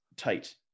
tight